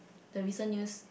the recent news